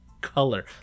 color